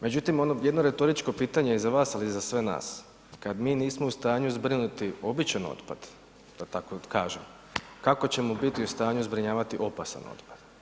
Međutim, ono jedno retoričko pitanje za vas, ali i za sve nas, kad mi nismo u stanju zbrinuti običan otpad, da tako kažem, kako ćemo biti u stanju zbrinjavati opasan otpad?